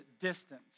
distance